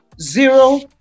zero